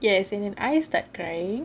yes and your eyes start crying